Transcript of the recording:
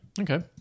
Okay